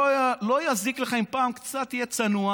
שלא יזיק לך אם פעם קצת תהיה צנוע